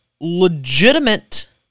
legitimate